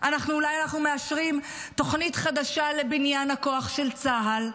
אולי מאשרים תוכנית חדשה לבניין הכוח של צה"ל?